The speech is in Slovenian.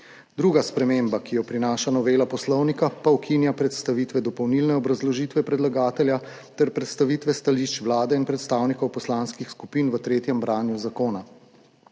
Druga sprememba, ki jo prinaša novela Poslovnika, pa ukinja predstavitve dopolnilne obrazložitve predlagatelja ter predstavitve stališč Vlade in predstavnikov poslanskih skupin v tretjem branju zakona.